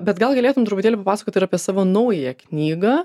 bet gal galėtum truputėlį papasakot ir apie savo naująją knygą